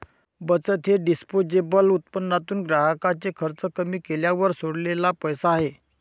बचत हे डिस्पोजेबल उत्पन्नातून ग्राहकाचे खर्च कमी केल्यावर सोडलेला पैसा आहे